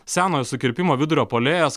senojo sukirpimo vidurio puolėjas